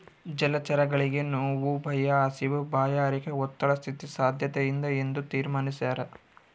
ಜಲಚರಗಳಿಗೆ ನೋವು ಭಯ ಹಸಿವು ಬಾಯಾರಿಕೆ ಒತ್ತಡ ಸ್ಥಿತಿ ಸಾದ್ಯತೆಯಿಂದ ಎಂದು ತೀರ್ಮಾನಿಸ್ಯಾರ